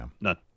None